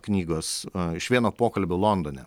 knygos a iš vieno pokalbio londone